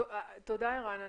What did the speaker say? תודה ערן.